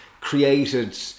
created